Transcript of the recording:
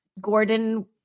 Gordon